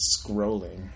scrolling